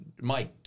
Mike